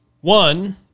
one